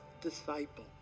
disciple